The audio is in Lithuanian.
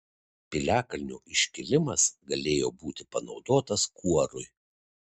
piliakalnio iškilimas galėjo būti panaudotas kuorui